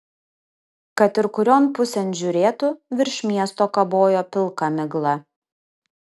kad ir kurion pusėn žiūrėtų virš miesto kabojo pilka migla